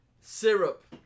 Syrup